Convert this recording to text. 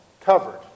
covered